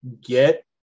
get